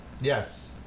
Yes